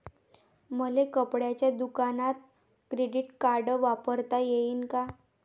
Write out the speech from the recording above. मले कपड्याच्या दुकानात क्रेडिट कार्ड वापरता येईन का?